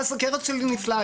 הסכרת שלי נפלאה,